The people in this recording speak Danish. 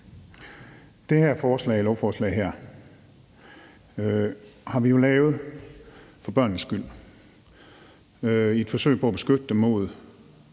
Det her lovforslag har vi jo lavet for børnenes skyld i et forsøg på at beskytte dem